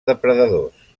depredadors